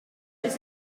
this